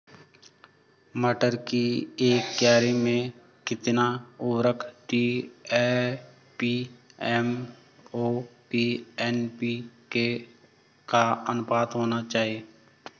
मटर की एक क्यारी में कितना उर्वरक डी.ए.पी एम.ओ.पी एन.पी.के का अनुपात होना चाहिए?